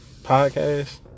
Podcast